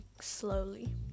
slowly